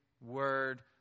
word